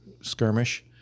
skirmish